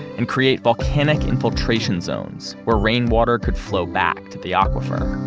and create volcanic infiltration zones where rainwater could flow back to the aquifer.